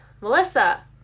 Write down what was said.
melissa